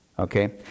Okay